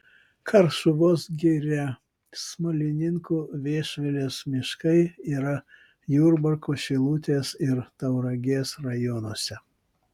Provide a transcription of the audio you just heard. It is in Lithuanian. karšuvos giria smalininkų viešvilės miškai yra jurbarko šilutės ir tauragės rajonuose